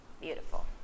Beautiful